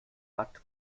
hat